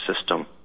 system